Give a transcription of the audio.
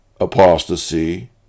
apostasy